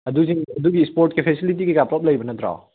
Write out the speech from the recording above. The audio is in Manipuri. ꯑꯗꯨꯗꯤ ꯑꯗꯨꯒꯤ ꯏꯁꯄꯣꯠꯁꯀꯤ ꯐꯦꯁꯤꯂꯤꯇꯤ ꯀꯩꯀꯥ ꯄꯨꯜꯂꯞ ꯂꯩꯕ ꯅꯠꯇ꯭ꯔꯣ